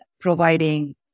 providing